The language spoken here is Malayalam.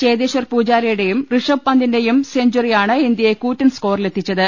ചേതേശ്വർ പൂജാരയുടെയും ഋഷഭ് പന്തിന്റെയും സെഞ്ചറിയാണ് ഇന്ത്യയെ കൂറ്റൻ സ്കോറിൽ എത്തി ച്ചത്